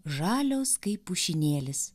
žalios kaip pušynėlis